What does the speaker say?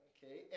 Okay